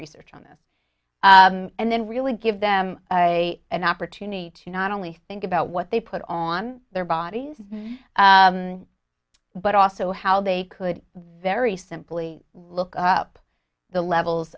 research on this and then really give them an opportunity to not only think about what they put on their bodies but also how they could very simply look up the levels